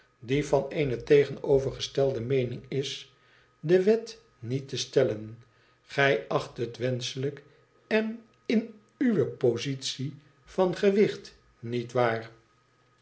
die van eene tegenovergestelde meening is de wet niet te stellen gij acht het wenschelijk en in u w e positie van gewicht niet waar